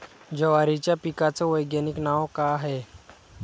जवारीच्या पिकाचं वैधानिक नाव का हाये?